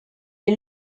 est